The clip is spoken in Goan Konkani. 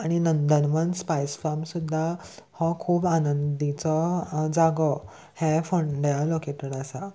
आनी नंदनवन स्पायस फार्म सुद्दां हो खूब आनंदीचो जागो हे फोंड्या लोकेटेड आसा